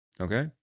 Okay